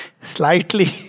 slightly